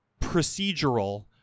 procedural